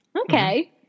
Okay